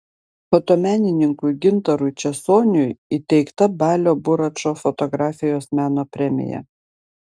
fotomenininkui gintarui česoniui įteikta balio buračo fotografijos meno premija